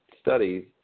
studies